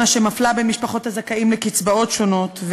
שמפלה בין משפחות הזכאים לקצבאות שונות,